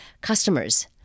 customers